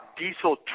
diesel